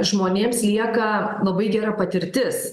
žmonėms lieka labai gera patirtis